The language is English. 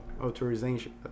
authorization